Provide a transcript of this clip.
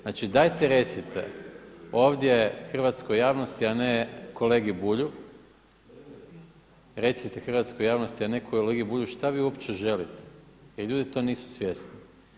Znači, dajte recite ovdje hrvatskoj javnosti a ne kolegi Bulju, recite hrvatskoj javnosti a ne kolegi Bulju šta vi uopće želite jer ljudi to nisu svjesni.